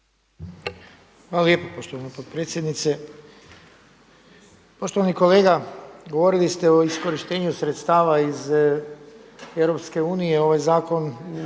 Hvala lijepo poštovana potpredsjednice. Poštovani kolega, govorili ste o iskorištenju sredstva iz EU, ovaj zakon